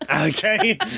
Okay